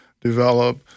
develop